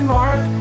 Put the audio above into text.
Mark